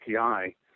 API